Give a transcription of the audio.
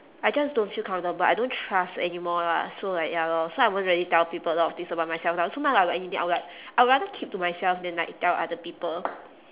I just don't feel comfortable I don't trust anymore lah so like ya lor so I won't really tell people a lot of things about myself now so now if I got anything I will like I would rather keep to myself than like tell other people